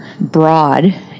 broad